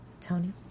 Tony